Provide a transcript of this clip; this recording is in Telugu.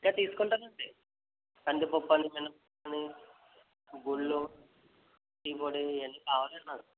ఇంకా తీసుకుంటానండి కందిపప్పు అని మినపప్పు అని బుళ్ళు టీ పొడి ఇయన్ని కావాలండి నాకు